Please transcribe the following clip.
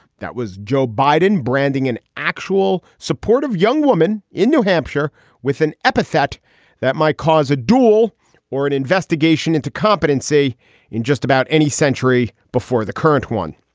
that was joe biden branding an actual actual supportive young woman in new hampshire with an epithet that might cause a duel or an investigation into competency in just about any century before the current one.